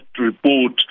report